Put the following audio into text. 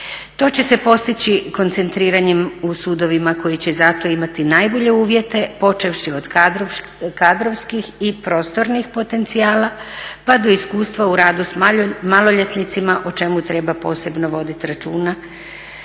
To će se postići koncentriranjem u sudovima koji će za to imati najbolje uvjete, počevši od kadrovskih i prostornih potencijala pa do iskustva u radu s maloljetnicima o čemu treba posebno vodit računa.